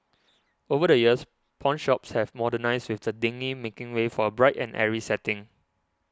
over the years pawnshops have modernised with the dingy making way for a bright and airy setting